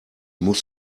muss